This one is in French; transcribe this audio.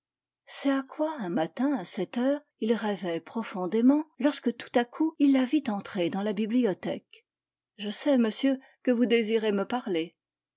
c'est à quoi un matin à sept heures il rêvait profondément lorsque tout à coup il la vit entrer dans la bibliothèque je sais monsieur que vous désirez me parler